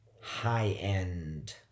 high-end